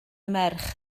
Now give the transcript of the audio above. merch